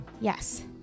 Yes